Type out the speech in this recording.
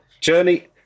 journey